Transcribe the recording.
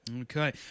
Okay